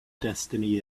destiny